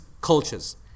cultures